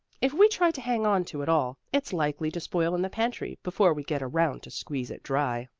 if we try to hang on to it all, it's likely to spoil in the pantry before we get around to squeeze it dry.